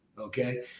okay